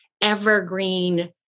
evergreen